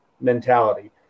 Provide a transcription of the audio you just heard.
mentality